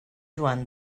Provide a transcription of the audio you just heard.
joan